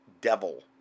Devil